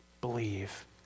Believe